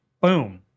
boom